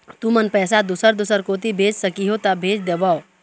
तुमन पैसा दूसर दूसर कोती भेज सखीहो ता भेज देवव?